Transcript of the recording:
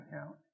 account